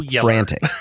frantic